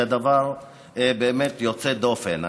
זה דבר יוצא דופן.